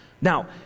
Now